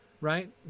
right